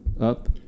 up